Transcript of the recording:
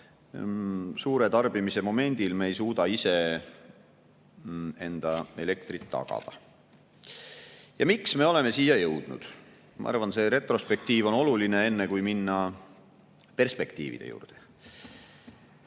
suure tarbimise momendil ei suuda ise endale elektrit tagada. Miks me oleme siia jõudnud? Ma arvan, et see retrospektiiv on oluline, enne kui minna perspektiivide juurde.